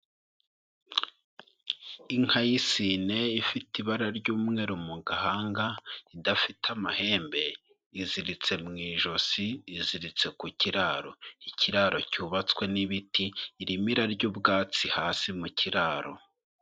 Inka y'isine ifite ibara ry'umweru mu gahanga, idafite amahembe, iziritse mu ijosi, iziritse ku kiraro, ikiraro cyubatswe n'ibiti, irimo irarya ubwatsi hasi mu kiraro.